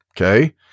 Okay